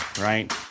right